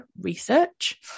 research